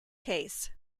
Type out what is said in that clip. case